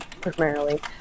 primarily